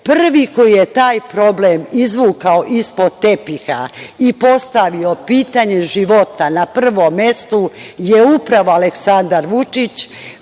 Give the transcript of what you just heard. Prvi koji je taj problem izvukao ispod tepiha i postavio pitanje života, na prvom mestu, je upravo Aleksandar Vučić.